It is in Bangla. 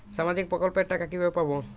সামাজিক প্রকল্পের টাকা কিভাবে পাব?